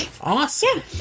Awesome